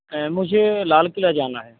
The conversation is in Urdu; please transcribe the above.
مجھے لال قلعہ جانا ہے